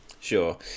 Sure